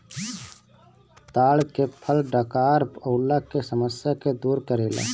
ताड़ के फल डकार अवला के समस्या के दूर करेला